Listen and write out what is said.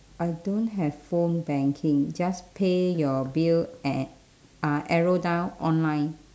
I don't have phone banking just pay your bill at uh arrow down online